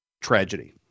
tragedy